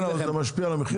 זה משפיע על המחיר?